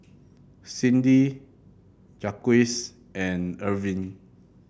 Cyndi Jaquez and Irving